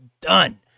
done